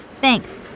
Thanks